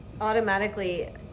automatically